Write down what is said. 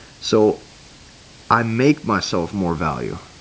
so i make myself more value.